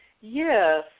Yes